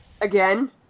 Again